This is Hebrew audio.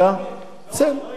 ביקש ממנה